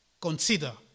consider